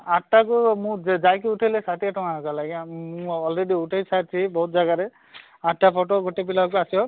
ଆଠଟାକୁ ମୁଁ ଯାଇକି ଉଠେଇଲେ ଷାଠିଏ ଟଙ୍କା ଲେଖା ଆଜ୍ଞା ମୁଁ ଅଲରେଡ଼ି ଉଠେଇ ସାରିଛି ବହୁତ ଜାଗାରେ ଆଠଟା ଫଟୋ ଗୋଟେ ପିଲାକୁ ଆସିବ